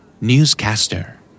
Newscaster